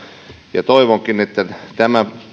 ja toivonkin että tämä